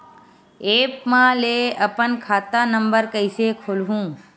App म ले अपन खाता नम्बर कइसे खोलहु?